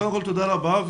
תודה רבה.